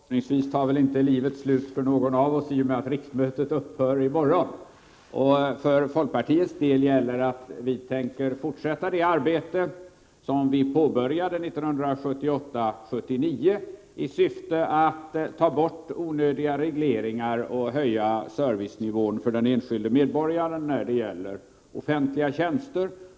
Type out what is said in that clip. Fru talman! Förhoppningsvis tar väl inte livet slut för någon av oss i och med att riksmötet avslutas i morgon. För folkpartiets del gäller att vi tänker fortsätta det arbete som vi påbörjade 1978/79 i syfte att ta bort onödiga regleringar och höja servicenivån för den enskilde medborgaren när det gäller offentliga tjänster.